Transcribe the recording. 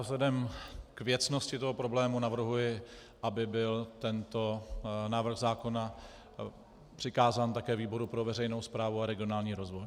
Vzhledem k věcnosti toho problému navrhuji, aby byl tento návrh zákona přikázán také výboru pro veřejnou správu a regionální rozvoj.